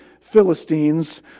Philistines